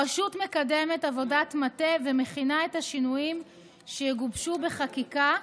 הרשות מקדמת עבודת מטה ומכינה את השינויים שיגובשו בחקיקה,